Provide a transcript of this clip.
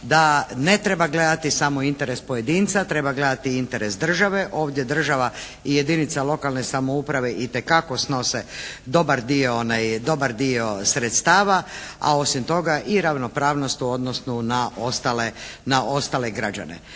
da ne treba gledati samo interes pojedinca, treba gledati i interes države. Ovdje država i jedinica lokalne samouprave itekako snose dobar dio sredstava, a osim toga i ravnopravnost u odnosu na ostale građane.